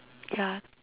ya